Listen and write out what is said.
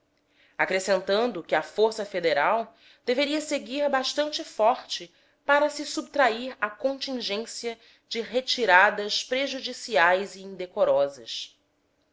acrescentando que a força federal deveria seguir bastante forte para se subtrair à contingência de retiradas prejudiciais e indecorosas